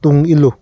ꯇꯨꯡ ꯏꯜꯂꯨ